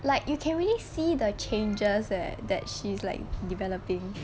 like you can really see the changes eh that she's like developing